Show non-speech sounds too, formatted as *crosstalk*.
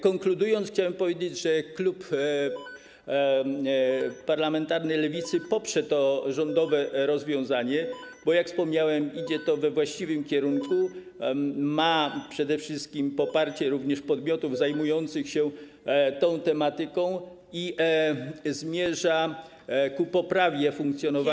Konkludując, chciałem powiedzieć, że klub *noise* parlamentarny Lewicy poprze to rządowe rozwiązanie, bo jak wspomniałem, idzie ono we właściwym kierunku, ma przede wszystkim poparcie również podmiotów zajmujących się tą tematyką i zmierza ku poprawie funkcjonowania.